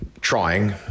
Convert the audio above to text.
trying